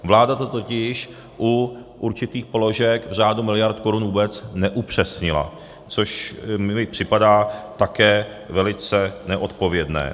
Vláda to totiž u určitých položek v řádu miliard korun vůbec neupřesnila, což mi připadá také velice neodpovědné.